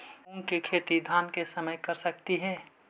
मुंग के खेती धान के समय कर सकती हे?